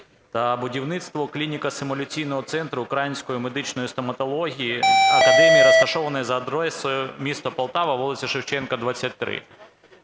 та будівництво клініко-симуляційного центру "Української медичної стоматологічної академії", розташованої за адресою: місто Полтава, вулиця Шевченка, 23.